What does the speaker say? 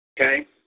Okay